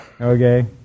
Okay